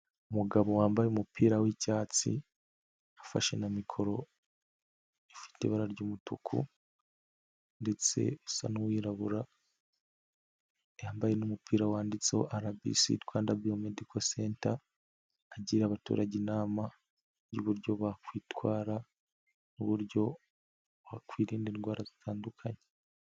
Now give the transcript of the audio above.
Umugabo wambaye umupira w'icyatsi, afashe na mikoro ifite ibara ry'umutuku, ndetse asa n'uwirabura, yambaye n'umupira wanditseho RBC: Rwanda Biomedical Centre, agira abaturage inama y'uburyo bakwitwara n'uburyo wakwirinda indwara zitandukanye.